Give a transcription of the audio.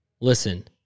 Listen